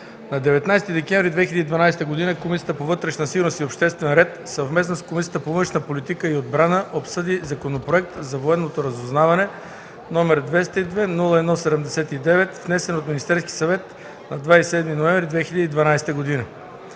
На 19 декември 2012 г. Комисията по вътрешна сигурност и обществен ред, съвместно с Комисията по външна политика и отбрана обсъди Законопроект за военното разузнаване, № 202-01-79, внесен от Министерския съвет на 27 ноември 2012 г.